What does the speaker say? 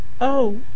Oh